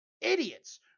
idiots